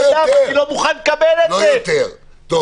לא יותר.